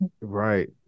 Right